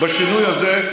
בשינוי הזה,